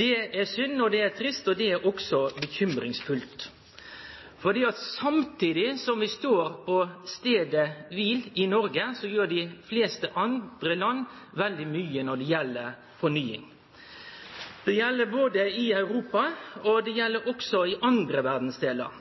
Det er synd, det er trist, og det er også alvorleg. For samtidig som vi står på staden kvil i Noreg, så gjer dei fleste andre land veldig mykje når det gjeld fornying. Det gjeld både i Europa og i andre verdsdelar.